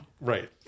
Right